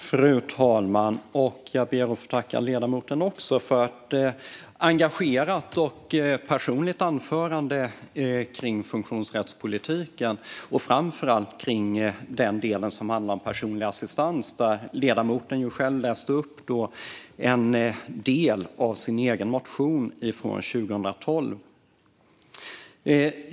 Fru talman! Jag ber att få tacka ledamoten för ett engagerat och personligt anförande om funktionsrättspolitiken och framför allt om personlig assistans. Där läste ledamoten själv upp en del av en egen motion från 2012.